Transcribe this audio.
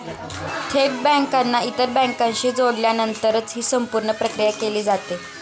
थेट बँकांना इतर बँकांशी जोडल्यानंतरच ही संपूर्ण प्रक्रिया केली जाते